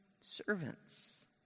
servants